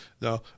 Now